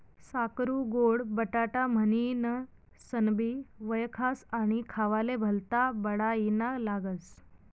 साकरु गोड बटाटा म्हनीनसनबी वयखास आणि खावाले भल्ता बडाईना लागस